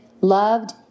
loved